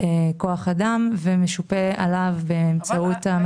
כוח אדם, ומשופה עליו באמצעות המחירים.